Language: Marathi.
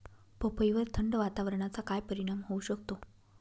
पपईवर थंड वातावरणाचा काय परिणाम होऊ शकतो?